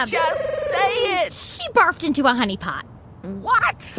ah yeah say it she barfed into a honey pot what?